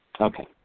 Okay